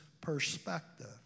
perspective